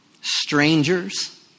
strangers